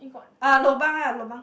uh lobang ah lobang